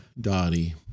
Dottie